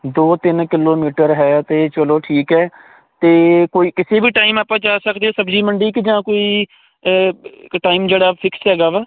ਦੋ ਤਿੰਨ ਕਿਲੋਮੀਟਰ ਹੈ ਤੇ ਚਲੋ ਠੀਕ ਹੈ ਤੇ ਕੋਈ ਕਿਸੇ ਵੀ ਟਾਈਮ ਆਪਾਂ ਜਾ ਸਕਦੇ ਸਬਜੀ ਮੰਡੀ ਕਿ ਜਾਂ ਕੋਈ ਟਾਈਮ ਜਿਹੜਾ ਫਿਕਸ ਹੈਗਾ ਵਾ